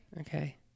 Okay